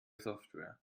software